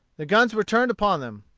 the guns were turned upon them.